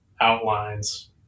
outlines